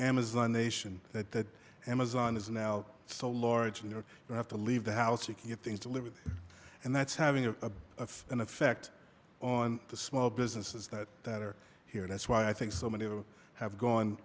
amazon the nation that amazon is now so large you know you have to leave the house you get things to live with and that's having a of an effect on the small businesses that that are here that's why i think so many of them have gone